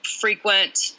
frequent